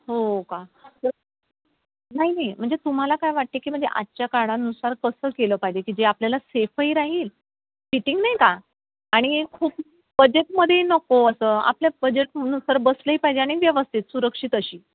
हो का तर नाही नाही म्हणजे तुम्हाला काय वाटते की म्हणजे आजच्या काळानुसार कसं केलं पाहिजे की जे आपल्याला सेफही राहील फिटिंग नाही का आणि खूप बजेटमध्येही नको असं आपल्या बजेटनुसार बसलंही पाहिजे आणि व्यवस्थित सुरक्षित अशी